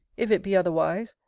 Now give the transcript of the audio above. if it be otherwise,